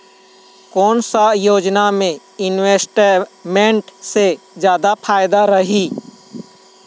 कोन सा योजना मे इन्वेस्टमेंट से जादा फायदा रही?